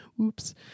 Oops